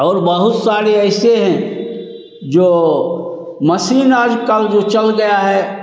और बहुत सारे ऐसे हैं जो मसीन आजकल जो चल गया है